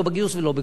לא בגיוס ולא בכלום.